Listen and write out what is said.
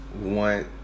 One